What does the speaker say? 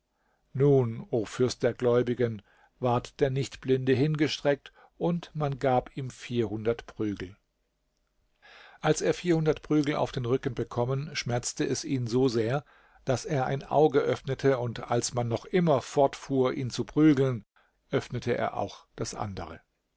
nun o fürst der gläubigen ward der nichtblinde hingestreckt und man gab ihm vierhundert prügel als er vierhundert prügel auf den rücken bekommen schmerzte es ihn so sehr daß er ein auge öffnete und als man noch immer fortfuhr ihn zu prügeln öffnete er auch das andere